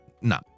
no